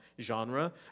genre